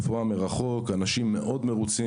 רפואה מרחוק אנשים מרוצים מאוד,